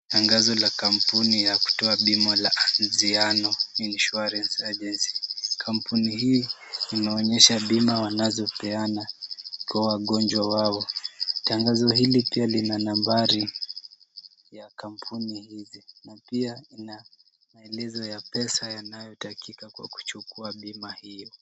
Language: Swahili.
Tangazo la kampuni ya kutoa bima la Anziano Insurance Agency. Kampuni hii inaonyesha bima wanazopeana kwa wagonjwa wao. Tangazo hili pia lina nambari ya kampuni hizi na pia ina maelezo ya pesa yanayotakika kwa kuchukua bima hiyo.